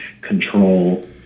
control